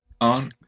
On